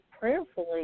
prayerfully